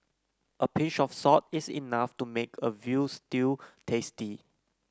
a pinch of salt is enough to make a veal stew tasty